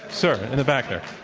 sir, in the back there.